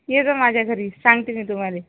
ये ग माझ्या घरी सांगते मी तुम्हाला